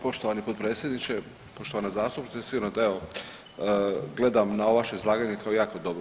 Poštovani potpredsjedniče, poštovana zastupnica sigurno da evo gledam na ovo vaše izlaganje kao jako dobro.